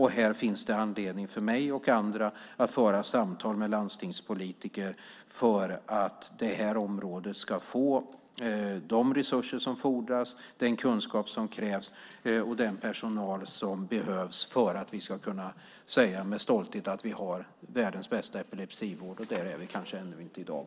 Här finns det anledning för mig och andra att föra samtal med landstingspolitiker för att området ska kunna få de resurser som fordras, den kunskap som krävs och den personal som behövs för att vi ska kunna säga med stolthet att vi har världens bästa epilepsivård fastän kanske ännu inte i dag.